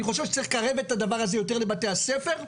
אני חושב שצריך לקרב את הדבר הזה יותר לבתי הספר,